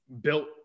built